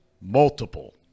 multiple